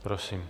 Prosím.